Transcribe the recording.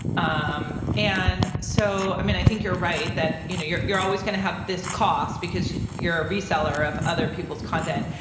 um and so, i mean, i think you're right that, you know, you're you're always gonna have this cost because you're a reseller of other people's content.